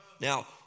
Now